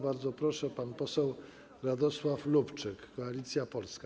Bardzo proszę, pan poseł Radosław Lubczyk, Koalicja Polska.